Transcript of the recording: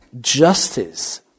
justice